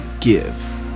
give